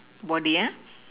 body ah